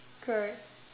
correct